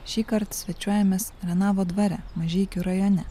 šįkart svečiuojamės renavo dvare mažeikių rajone